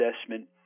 assessment